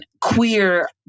queer